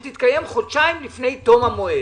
רוצה שהיא תתקיים חודשיים לפני תום המועד